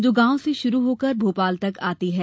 जो गांव से शुरू होकर भोपाल तक आती है